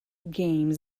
games